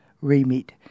remit